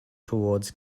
towards